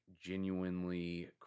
genuinely